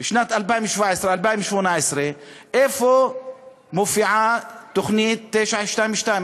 לשנים 2017 2018, איפה מופיעה תוכנית 922?